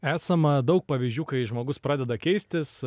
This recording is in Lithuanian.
esama daug pavyzdžių kai žmogus pradeda keistis